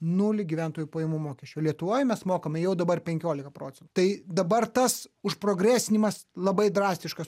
nulį gyventojų pajamų mokesčio lietuvoj mes mokame jau dabar penkiolika procentų tai dabar tas užprogresinimas labai drastiškas